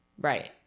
Right